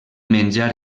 menjar